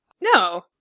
No